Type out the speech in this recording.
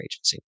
agency